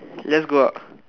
just go out